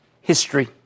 History